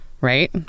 right